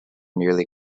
nearly